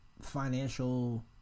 financial